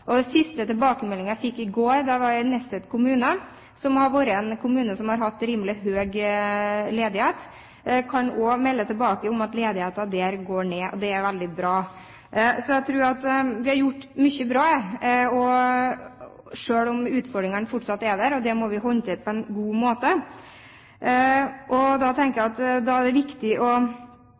den siste tilbakemeldingen fikk jeg i går. Da var jeg i Nesset kommune, som har vært en kommune som har hatt rimelig høy ledighet, men jeg kan melde tilbake om at ledigheten der går ned, og det er veldig bra. Så jeg tror det er gjort mye bra, selv om utfordringene fortsatt er der, og det må vi håndtere på en god måte. Jeg tenker at da er det viktig å